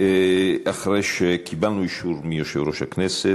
אחרי שקיבלנו אישור מיושב-ראש הכנסת,